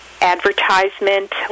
advertisement